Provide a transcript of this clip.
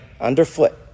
underfoot